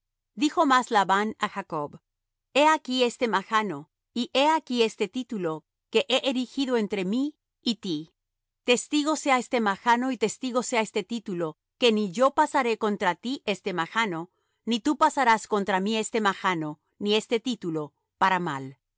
dijo más labán á jacob he aquí este majano y he aquí este título que he erigido entre mí y ti testigo sea este majano y testigo sea este título que ni yo pasaré contra ti este majano ni tú pasarás contra mí este majano ni este título para mal